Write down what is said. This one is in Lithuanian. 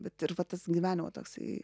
bet ir va tas gyvenimo toksai